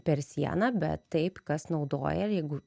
per sieną bet taip kas naudojair jeigu